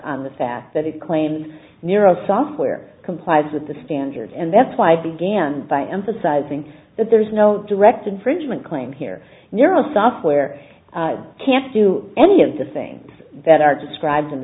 on the fact that it claims nero software complies with the standard and that's why i began by emphasizing that there is no direct infringement claim here nero software can't do any of the things that are describe